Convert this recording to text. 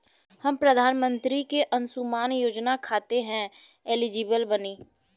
हम प्रधानमंत्री के अंशुमान योजना खाते हैं एलिजिबल बनी?